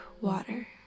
water